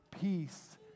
peace